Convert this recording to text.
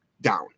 down